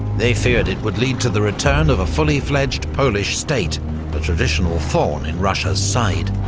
they feared it would lead to the return of a fully-fledged polish state a traditional thorn in russia's side.